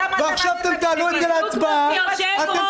ועכשיו אתם תעלו את זה להצבעה -- יושב-ראש הקואליציה